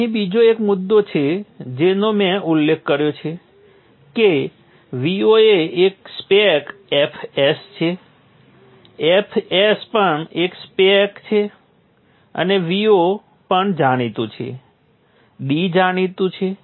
હવે અહીં બીજો એક મુદ્દો છે જેનો મેં ઉલ્લેખ કર્યો છે કે Vo એ એક સ્પેક fs છે fs પણ એક સ્પેક છે અને Vo પણ જાણીતું છે d જાણીતું છે